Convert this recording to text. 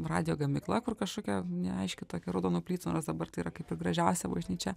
radijo gamykla kur kažkokia neaiški tokia raudonų plytų nors dabar tai yra kaip ir gražiausia bažnyčia